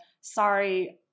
sorry